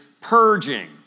purging